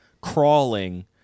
crawling